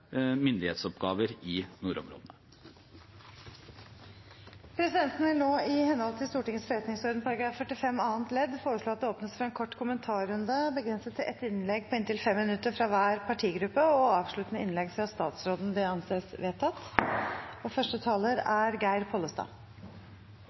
myndighetsoppgaver i nordområdene. Presidenten vil nå, i henhold til Stortingets forretningsorden § 45 andre ledd, foreslå at det åpnes for en kort kommentarrunde, begrenset til ett innlegg på inntil 5 minutter fra hver partigruppe og ett avsluttende innlegg fra statsråden. – Det anses vedtatt.